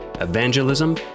evangelism